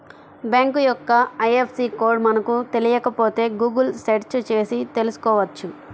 bank యొక్క IFSC code మనకు తెలియకపోతే గుగుల్ సెర్చ్ చేసి తెల్సుకోవచ్చు